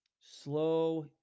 slow